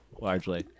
largely